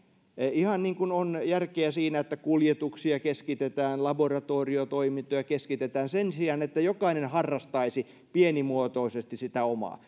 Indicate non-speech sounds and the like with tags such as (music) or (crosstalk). ihan niin kuin on järkeä siinä että kuljetuksia keskitetään laboratoriotoimintoja keskitetään sen sijaan että jokainen harrastaisi pienimuotoisesti sitä omaa (unintelligible)